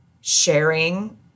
sharing